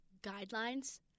guidelines